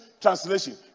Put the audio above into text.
Translation